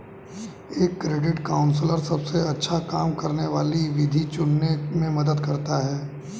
एक credit counsellor सबसे अच्छा काम करने वाली विधि चुनने में मदद करता है